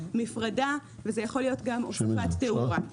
מפרדה או הוספת תאורה.